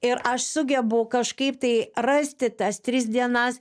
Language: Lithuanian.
ir aš sugebu kažkaip tai rasti tas tris dienas